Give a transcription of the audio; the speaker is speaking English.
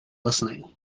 listening